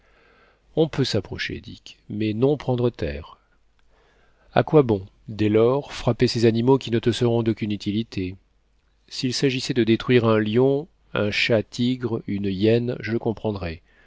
on peut s'approcher dick mais non prendre terre a quoi bon dès lors frapper ces animaux qui ne te seront d'aucune utilité s'il s'agissait de détruire un lion un chat-tigre une hyène je le comprendrais